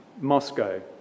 Moscow